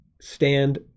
Stand